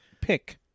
pick